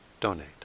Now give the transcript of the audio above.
donate